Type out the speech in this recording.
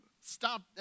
stop